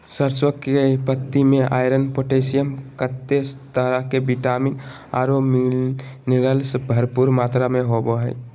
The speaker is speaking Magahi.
सरसों की पत्ति में आयरन, पोटेशियम, केते तरह के विटामिन औरो मिनरल्स भरपूर मात्रा में होबो हइ